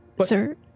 Sir